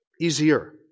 easier